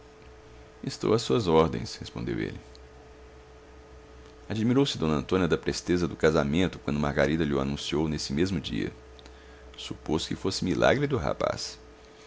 estou às suas ordens respondeu ele admirou-se d antônia da presteza do casamento quando margarida lho anunciou nesse mesmo dia supôs que fosse milagre do rapaz